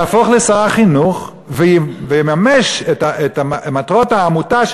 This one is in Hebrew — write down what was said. יהפוך לשר החינוך ויממש את מטרות העמותה,